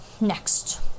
next